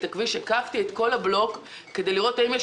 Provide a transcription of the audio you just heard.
פשוט הקפתי את כל הבלוק כדי לראות האם יש